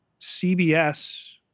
CBS